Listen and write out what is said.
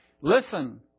Listen